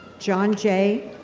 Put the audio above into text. john jay,